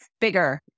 bigger